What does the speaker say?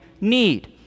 need